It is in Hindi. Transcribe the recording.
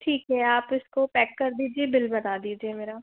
ठीक है आप इसको पैक कर दीजिए बिल बना दीजिए मेरा